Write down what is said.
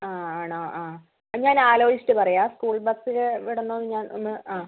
ആ ആണോ ആ ഞാൻ ആലോചിച്ചിട്ട് പറയാം സ്ക്കൂൾ ബസ്സിൽ വിടണോയെന്ന് ഞാൻ ഒന്ന് ആ